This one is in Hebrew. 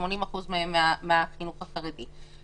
80% מהם מהחינוך החרדי.